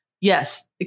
yes